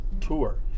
tour